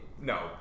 no